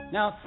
Now